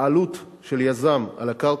בעלות של יזם על הקרקע,